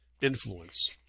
Influence